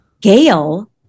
Gail